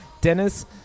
Dennis